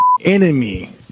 enemy